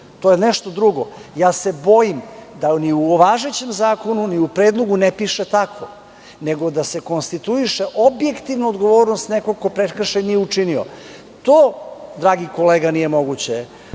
to je nešto drugo. Bojim se da ni u važećem zakonu, ni u Predlogu ne piše tako, nego da se konstituiše objektivna odgovornost nekog ko prekršaj nije učinio. To, dragi kolega, nije moguće,